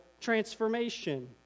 transformation